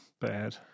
bad